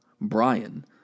Brian